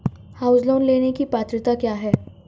House loan लेने की पात्रता क्या है?